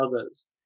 others